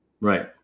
Right